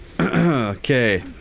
Okay